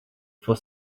for